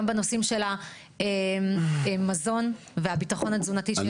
גם בנושאים של המזון והביטחון התזונתי.